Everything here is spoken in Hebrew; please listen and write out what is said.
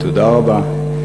תודה רבה.